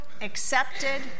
accepted